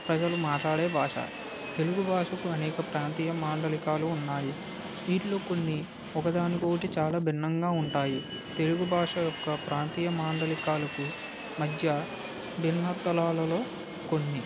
ప్రజలు మాట్లాడే భాష తెలుగు భాషకు అనేక ప్రాంతీయ మాండలికాలు ఉన్నాయి వీటిలో కొన్ని ఒకదానికి ఒకటి చాలా భిన్నంగా ఉంటాయి తెలుగు భాష యొక్క ప్రాంతీయ మాండలికాలకు మధ్య భిన్నత్వలలో కొన్ని